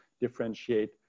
differentiate